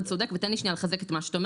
אתה צריך להבין שזה בסוף משתלשל גם לכיס